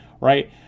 right